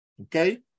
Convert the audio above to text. Okay